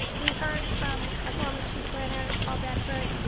we heard from a former chief planner, paul bedford,